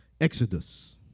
Exodus